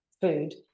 food